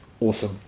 awesome